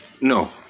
No